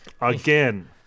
Again